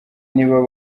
nibo